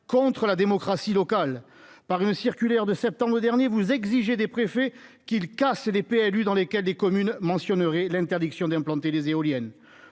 contre la démocratie locale par une circulaire de septembre dernier, vous exigez des préfets qu'casse les PLU dans les cas des communes mentionnerait l'interdiction d'implanter des éoliennes